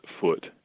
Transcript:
foot